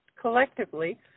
collectively